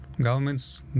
Governments